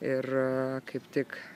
ir kaip tik